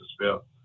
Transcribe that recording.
spell